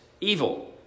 evil